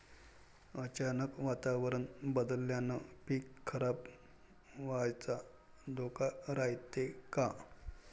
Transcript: अचानक वातावरण बदलल्यानं पीक खराब व्हाचा धोका रायते का?